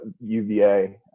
UVA